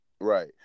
Right